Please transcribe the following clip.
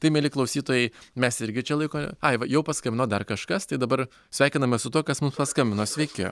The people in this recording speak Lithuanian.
tai mieli klausytojai mes irgi čia laiko ai va jau paskambino dar kažkas tai dabar sveikinames su tuo kas mums paskambino sveiki